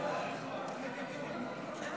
מועדי תשלום דמי לידה),